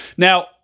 Now